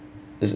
it's